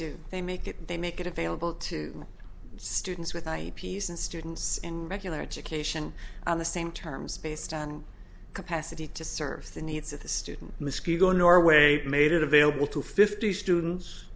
do they make it they make it available to students with i e peace and students and regular education on the same terms based on capacity to serve the needs of the student miskito in norway made it available to fifty students